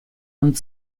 und